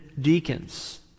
deacons